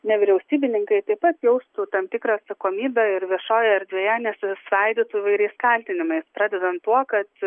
nevyriausybininkai taip pat jaustų tam tikrą atsakomybę ir viešojoje erdvėje nesisvaidytų įvairiais kaltinimais pradedant tuo kad